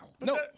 No